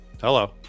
Hello